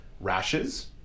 rashes